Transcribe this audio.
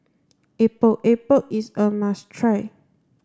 Epok Epok is a must try